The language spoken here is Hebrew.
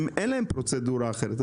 אין להם פרוצדורה אחרת.